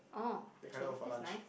oh okay that's nice